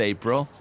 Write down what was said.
April